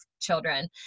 children